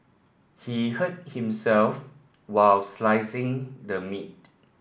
he hurt himself while slicing the meat